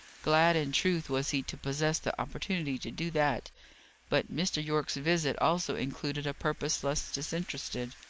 glad, in truth, was he to possess the opportunity to do that but mr. yorke's visit also included a purpose less disinterested.